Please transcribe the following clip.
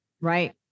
Right